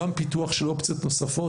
גם פיתוח של אופציות נוספות.